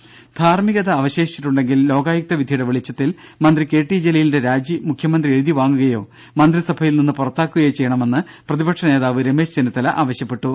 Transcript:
ര ധാർമ്മികത അവശേഷിച്ചിട്ടുണ്ടെങ്കിൽ ലോകായുക്ത വിധിയുടെ വെളിച്ചത്തിൽ മന്ത്രി കെ ടി ജലീലിന്റെ രാജി മുഖ്യമന്ത്രി മന്ത്രി എഴുതി വാങ്ങുകയോ മന്ത്രിസഭയിൽ നിന്ന് പുറത്താക്കുകയോ ചെയ്യണമെന്ന് പ്രതിപക്ഷ നേതാവ് രമേശ് ചെന്നിത്തല ആവശ്യപ്പെട്ടു